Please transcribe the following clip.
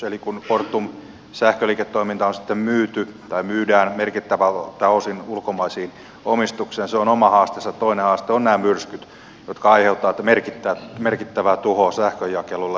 eli kun fortumin sähköliiketoiminta myydään merkittävältä osin ulkomaiseen omistukseen se on oma haasteensa toinen haaste ovat nämä myrskyt jotka aiheuttavat merkittävää tuhoa sähkönjakelulle